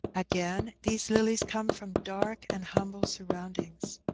again, these lilies come from dark and humble surroundings.